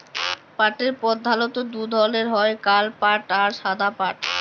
পাটের পরধালত দু ধরলের হ্যয় কাল পাট আর সাদা পাট